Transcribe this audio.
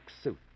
suit